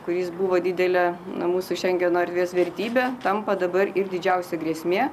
kuris buvo didelė na mūsų šengeno erdvės vertybė tampa dabar ir didžiausia grėsmė